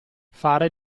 fare